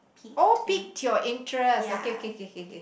oh pique your interest okay okay okay K K K K